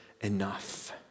enough